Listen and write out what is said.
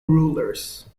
rulers